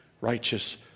righteous